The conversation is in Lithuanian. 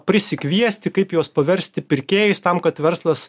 prisikviesti kaip juos paversti pirkėjais tam kad verslas